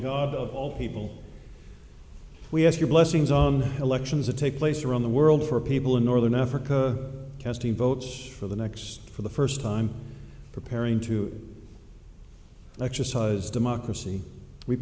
invocation people we ask your blessings on the elections that take place around the world for people in northern africa casting votes for the next for the first time preparing to exercise democracy we